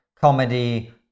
comedy